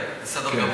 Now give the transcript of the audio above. כן כן, בסדר גמור.